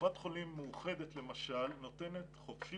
שקופת חולים מאוחדת למשל נותנת חופשי